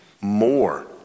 more